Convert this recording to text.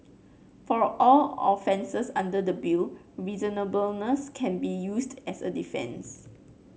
for all offences under the bill reasonableness can be used as a defence